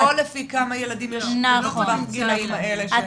לא לפי כמה ילדים יש בטווח הגילאים הזה.